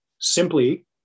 simply